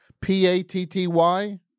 p-a-t-t-y